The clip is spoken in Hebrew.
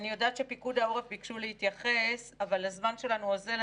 אני יודעת שפיקוד העורף ביקשו להתייחס אבל הזמן שלנו אוזל.